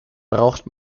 braucht